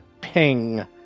Ping